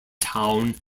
town